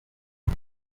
ati